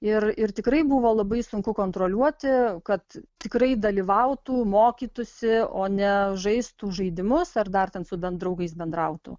ir ir tikrai buvo labai sunku kontroliuoti kad tikrai dalyvautų mokytųsi o ne žaistų žaidimus ar dar ten su draugais bendrautų